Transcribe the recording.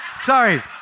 sorry